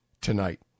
tonight